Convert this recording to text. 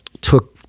took